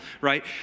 right